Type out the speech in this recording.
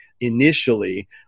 initially